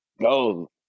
go